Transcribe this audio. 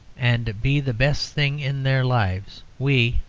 and be the best thing in their lives, we,